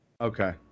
Okay